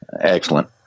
Excellent